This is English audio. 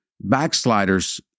Backsliders